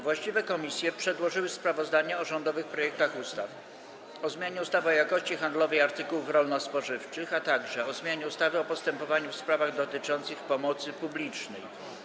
Właściwe komisje przedłożyły sprawozdania o rządowych projektach ustaw: - o zmianie ustawy o jakości handlowej artykułów rolno-spożywczych, - o zmianie ustawy o postępowaniu w sprawach dotyczących pomocy publicznej.